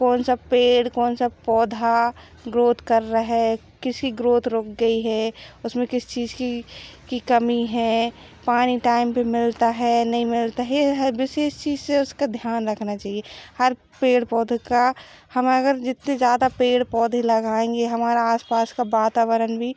कौन सा पेड़ कौन सा पोधा ग्रोथ कर रहा है किसकी ग्रोथ रुक गई है उसमें किस चीज़ की कमी है पानी टाइम पर मिलता है नहीं मिलता है विशेष चीज़ से उसका ध्यान रखना चाहिए हर पेड़ पौधों का हमारा घर जितने ज़्यादा पेड़ पौधे लगाएंगे हमारे आस पास का वातावरण भी